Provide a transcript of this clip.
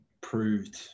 proved